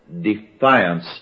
defiance